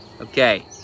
Okay